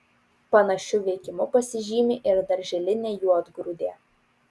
panašiu veikimu pasižymi ir darželinė juodgrūdė